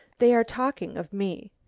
they are talking of me.